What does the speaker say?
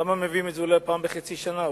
למה מביאים את זה פעם בחצי שנה?